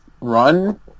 run